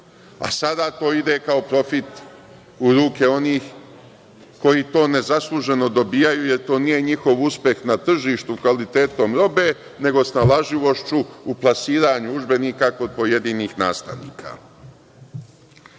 a sada to ide kao profit u ruke onih koji to nezasluženo dobijaju, jer to nije njihov uspeh na tržištu kvalitetom robe, nego snalažljivošću u plasiranju udžbenika kod pojedinih nastavnika. Što